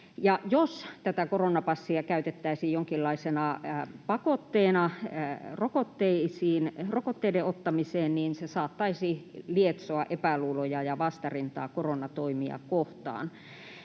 jos tätä koronapassia käytettäisiin jonkinlaisena pakotteena rokotteiden ottamiseen, niin se saattaisi lietsoa epäluuloja ja vastarintaa koronatoimia kohtaan.